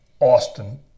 Austin